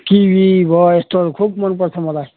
kiwi भयो एस्तोहरू खुब मनपर्छ मलाई